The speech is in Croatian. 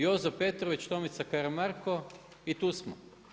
Jozo Petrović, Tomica Karamarko i tu smo.